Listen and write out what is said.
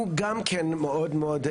הוא גם כן מאוד מאוד חשוב.